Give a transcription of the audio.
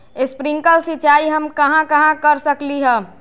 Sprinkle सिंचाई हम कहाँ कहाँ कर सकली ह?